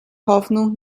hoffnung